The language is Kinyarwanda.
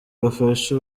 bafasha